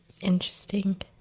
Interesting